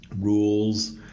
rules